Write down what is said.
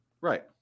Right